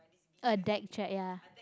a deck track ya